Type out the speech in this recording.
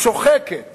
שוחקת